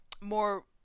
more